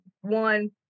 one